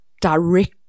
direct